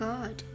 God